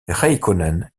räikkönen